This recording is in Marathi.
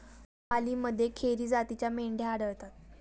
पालीमध्ये खेरी जातीच्या मेंढ्या आढळतात